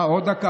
אה, עוד דקה.